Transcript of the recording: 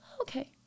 okay